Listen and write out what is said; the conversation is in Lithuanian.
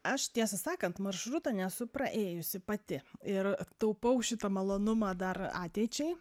aš tiesą sakant maršruto nesu praėjusi pati ir taupau šitą malonumą dar ateičiai